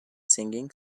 singing